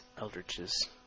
Eldritch's